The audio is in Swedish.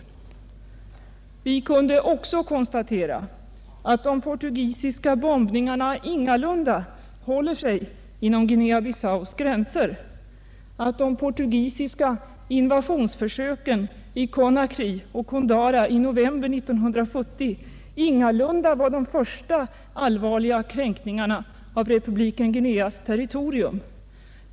Allmänpolitisk debatt Allmänpolitisk debatt 60 Vi kunde också konstatera att de portugisiska bombningarna ingalunda häller sig inom Guinea Bissaus gränser och att de portugisiska invasionsförsöken i Conakry och Koundara i november 1970 ingalunda var de första allvarliga kränkningarna av republiken Guincas territorium.